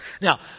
Now